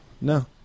No